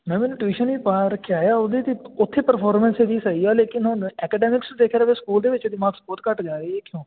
ma'am ਇਹਨੂੰ tuition ਵੀ ਪਾ ਰੱਖਿਆ ਹੈ ਉਹਦੇ ਅਤੇ ਉੱਥੇ ਪਰਫੋਰਮੈਂਸ ਇਹਦੀ ਸਹੀ ਆ ਲੇਕਿਨ ਹੁਣ ਐਕਡੈਮਿਕਸ ਦੇਖਿਆ ਜਾਵੇ ਸਕੂਲ ਦੇ ਵਿੱਚ ਇਹਦੇ ਮਾਕਸ ਬਹੁਤ ਘੱਟ ਜਾ ਰਹੇ ਇਹ ਕਿਉਂ